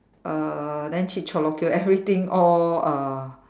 uh then everything all uh